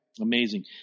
Amazing